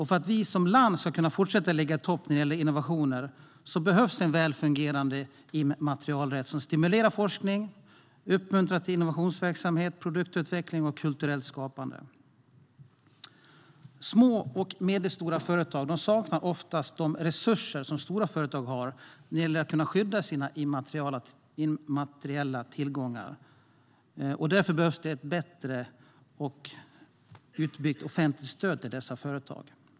För att Sverige som land ska kunna fortsätta att ligga i topp när det gäller innovationer behövs en väl fungerande immaterialrätt som stimulerar forskning och uppmuntrar till innovationsverksamhet, produktutveckling och kulturellt skapande. Små och medelstora företag saknar oftast de resurser som stora företag har när det gäller att skydda sina immateriella tillgångar, och därför behövs ett bättre och utbyggt offentligt stöd till dessa företag.